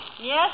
Yes